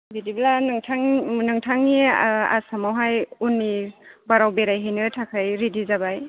बिदिब्ला नोंथां नोंथांनि आसामावहाय उननि बाराव बेरायहैनो थाखाय रेडि जाबाय